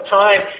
time